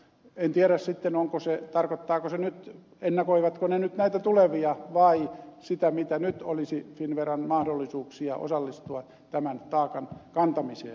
en tiedä sitten ennakoivatko ne nyt näitä tulevia vai sitä mitä nyt olisi finnveran mahdollisuuksia osallistua tämän taakan kantamiseen